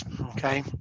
Okay